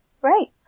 great